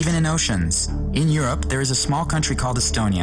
לנקות ואחרי זה מתלכלך מיד זה לא מעניין אותנו.